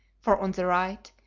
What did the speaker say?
for on the right,